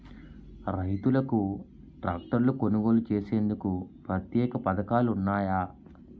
రైతులకు ట్రాక్టర్లు కొనుగోలు చేసేందుకు ప్రత్యేక పథకాలు ఉన్నాయా?